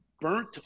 burnt